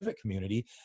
community